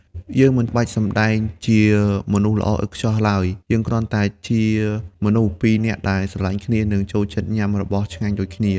យើងមិនបាច់សម្តែងជាមនុស្សល្អឥតខ្ចោះឡើយ យើងគ្រាន់តែជាមនុស្សពីរនាក់ដែលស្រឡាញ់គ្នា និងចូលចិត្តញ៉ាំរបស់ឆ្ងាញ់ដូចគ្នា។